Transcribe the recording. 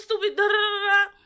stupid